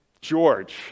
George